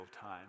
time